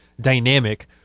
dynamic